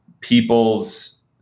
people's